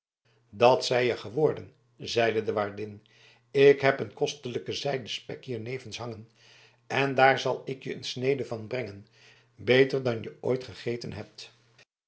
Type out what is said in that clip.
dat zei je geworden zeide de waardin ik heb een kostelijke zijde spek hiernevens hangen en daar zal ik je een snede van brengen beter dan je ooit gegeten hebt